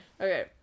Okay